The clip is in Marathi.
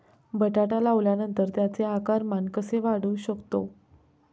बटाटा लावल्यानंतर त्याचे आकारमान कसे वाढवू शकतो?